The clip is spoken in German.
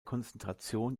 konzentration